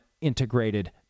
integrated